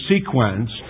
sequence